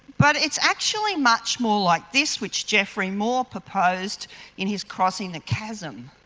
but it's actually much more like this which geoffrey moore proposed in his crossing the chasm.